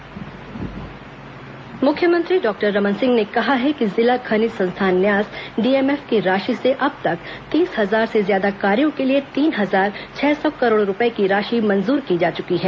DMF राशि मुख्यमंत्री doctor Raman Singh ने कहा है कि जिला खनिज संस्थान न्यास डीएमएफ की राशि से अब तक तीस हजार से ज्यादा कार्यो के लिए तीन हजार छह सौ करोड़ रूपए की राशि मंजूर की जा चुकी है